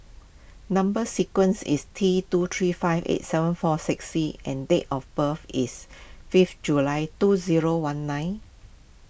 Number Sequence is T two three five eight seven four six C and date of birth is fifth July two zero one nine